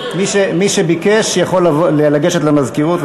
מי שביקש יכול לגשת למזכירות,